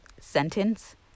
sentence